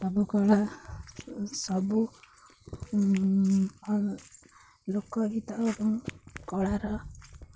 ସବୁ କଳା ସବୁ ଲୋକଗୀତ ଏବଂ କଳାର